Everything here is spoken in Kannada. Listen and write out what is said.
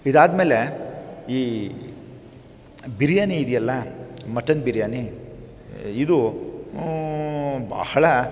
ಇದಾದಮೇಲೆ ಈ ಬಿರಿಯಾನಿ ಇದೆಯಲ್ಲ ಮಟನ್ ಬಿರಿಯಾನಿ ಇದು ಬಹಳ